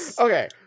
Okay